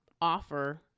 offer